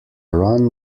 run